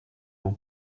l’on